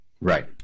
Right